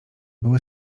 były